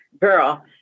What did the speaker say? girl